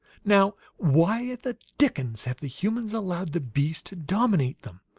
now, why the dickens have the humans allowed the bees to dominate them?